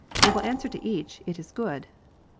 they will answer to each, it is good.